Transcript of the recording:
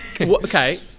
Okay